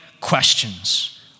questions